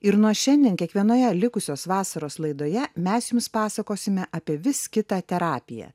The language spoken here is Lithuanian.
ir nuo šiandien kiekvienoje likusios vasaros laidoje mes jums pasakosime apie vis kitą terapiją